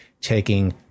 taking